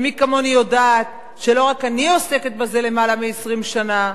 ומי כמוני יודעת שלא רק אני עוסקת בזה למעלה מ-20 שנה,